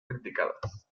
criticadas